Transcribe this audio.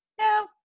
no